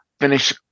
finish